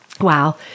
Wow